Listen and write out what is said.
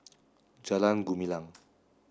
Jalan Gumilang